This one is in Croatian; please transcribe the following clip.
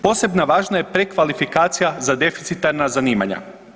Posebno važna je prekvalifikacija za deficitarna zanimanja.